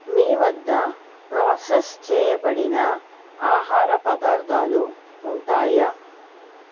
మీ వద్ద ప్రాసెస్ చేయబడిన ఆహార పదార్ధాలు ఉంటాయా